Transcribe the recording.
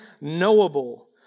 knowable